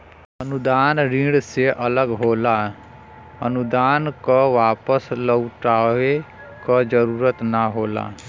अनुदान ऋण से अलग होला अनुदान क वापस लउटाये क जरुरत ना होला